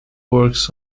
works